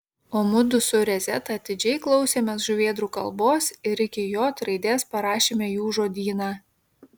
o mudu su rezeta atidžiai klausėmės žuvėdrų kalbos ir iki j raidės parašėme jų žodyną